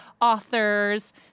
authors